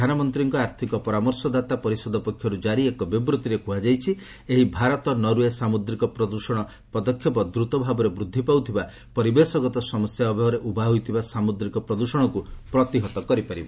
ପ୍ରଧାନମନ୍ତ୍ରୀଙ୍କ ଆର୍ଥକ ପରାମର୍ଶଦାତା ପରିଷଦ ପକ୍ଷରୁ ଜାରି ଏକ ବିବୃଭିରେ କୁହାଯାଇଛି ଏହି ଭାରତ ନରଓ୍ବେ ସାମୁଦ୍ରିକ ପ୍ରଦୃଷ୍ଟଣ ପଦକ୍ଷେପ ଦ୍ରୁତ ଭାବରେ ବୃଦ୍ଧି ପାଉଥିବା ପରିବେଶଗତ ସମସ୍ୟା ଭାବରେ ଉଭା ହୋଇଥିବା ସାମୁଦ୍ରିକ ପ୍ରଦୂଷଣକୁ ପ୍ରତିହତ କରିପାରିବ